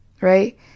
right